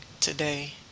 today